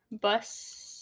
bus